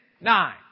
Nine